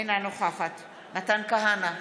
אינה נוכחת מתן כהנא,